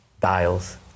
dials